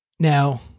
Now